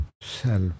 self